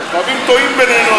תמיד טועים בינינו,